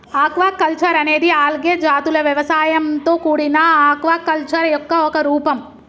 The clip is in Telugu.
ఆక్వాకల్చర్ అనేది ఆల్గే జాతుల వ్యవసాయంతో కూడిన ఆక్వాకల్చర్ యొక్క ఒక రూపం